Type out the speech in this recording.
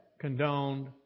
condoned